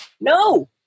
No